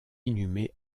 inhumé